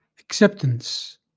acceptance